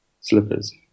slippers